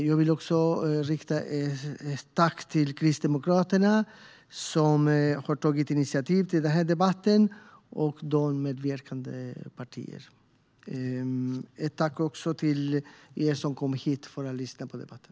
Jag vill också rikta ett tack till Kristdemokraterna som tog initiativ till debatten liksom till alla medverkande partier. Jag tackar även alla som kommit hit för att lyssna på debatten.